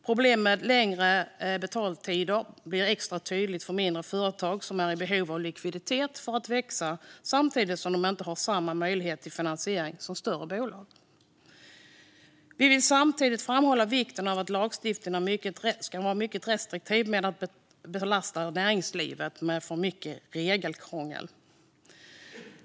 Problemet med längre betaltider blir extra tydligt för mindre företag som är i behov av likviditet för att växa samtidigt som de inte har samma möjlighet till finansiering som större bolag. Vi vill samtidigt framhålla vikten av att lagstiftaren ska vara mycket restriktiv med att belasta näringslivet med för mycket regelkrångel.